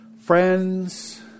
friends